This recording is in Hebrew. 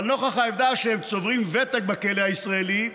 אבל נוכח העובדה שהם צוברים ותק בכלא הישראלי,